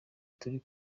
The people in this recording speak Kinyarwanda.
turi